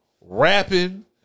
rapping